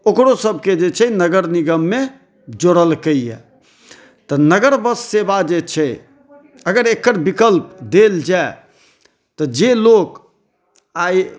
ओकरो सभके जे छै नगर निगममे जोड़लकैया तऽ नगर बस सेवा जे छै अगर एकर विकल्प देल जाइ तऽ जे लोक आइ